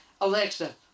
Alexa